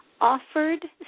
offered